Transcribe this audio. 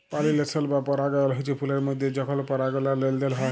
পালিলেশল বা পরাগায়ল হচ্যে ফুলের মধ্যে যখল পরাগলার লেলদেল হয়